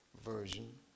version